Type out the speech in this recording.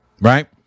right